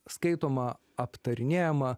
skaitoma aptarinėjama